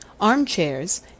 arm-chairs